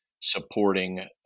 supporting